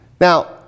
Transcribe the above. Now